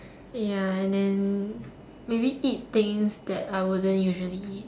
ya and then maybe eat things that I wouldn't usually eat